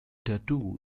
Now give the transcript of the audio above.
tattoo